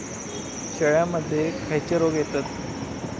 शेळ्यामध्ये खैचे रोग येतत?